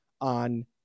on